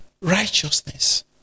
righteousness